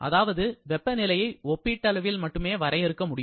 அதாவது வெப்பநிலையை ஒப்பீட்டளவில் மட்டுமே வரையறுக்க முடியும்